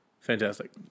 Fantastic